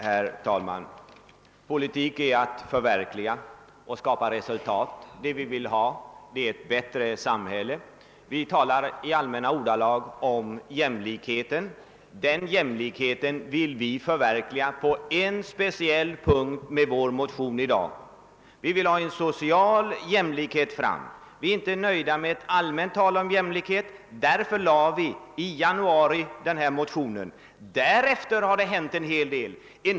Herr talman! Politik är att förverkliga och skapa resultat. Vad vi vill ha är ett bättre samhälle. Vi talar i allmänna ordalag om jämlikhet. Med vår motion vill vi förverkliga jämlikheten på en speciell punkt. Vi vill ha en social jämlikhet. Vi är inte nöjda med ett allmänt tal om jämlikhet. Därför väckte vi ijanuari denna motion. Därefter har det hänt en hel del.